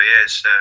yes